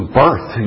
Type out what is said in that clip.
birth